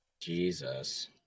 jesus